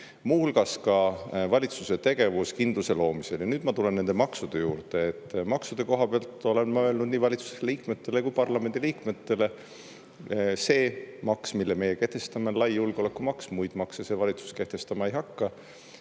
hulgas ka valitsuse tegevus kindluse loomisel. Ja nüüd ma tulen nende maksude juurde. Maksude koha pealt olen ma öelnud nii valitsuse liikmetele kui parlamendi liikmetele – see maks, mille me kehtestame, on lai julgeolekumaks, muid makse see valitsus kehtestama ei hakka.